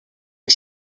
les